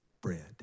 bread